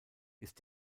ist